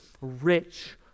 rich